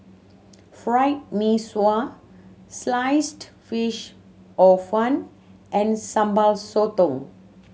Fried Mee Sua Sliced Fish Hor Fun and Sambal Sotong